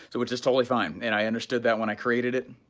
so which is totally fine, and i understood that when i created it.